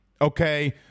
Okay